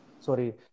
sorry